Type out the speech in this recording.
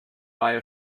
via